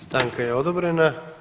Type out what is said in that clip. Stanka je odobrena.